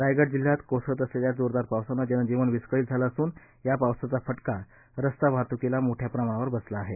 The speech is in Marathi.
रायगड जिल्ह्यात कोसळत असलेल्या जोरदार पावसाने जनजीवन विस्कळीत झाले असून या पावसाचा फटका रस्ता वाहतुकीला मोठ्या प्रमाणावर बसला आहे